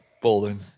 Bolden